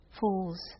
falls